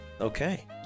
Okay